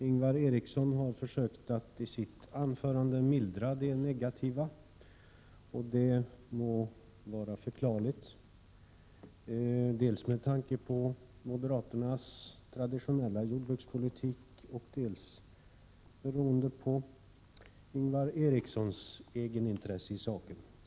Ingvar Eriksson har i sitt anförande försökt mildra det negativa, och det må vara förklarligt, dels med tanke på moderaternas traditionella jordbrukspolitik, dels med tanke på Ingvar Erikssons egenintresse i saken.